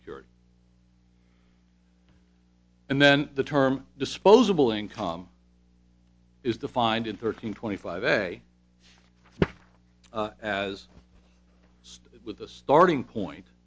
security and then the term disposable income is defined in thirteen twenty five day as with the starting point